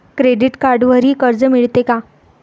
Credit कार्डवरही कर्ज मिळते का?